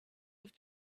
have